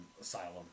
Asylum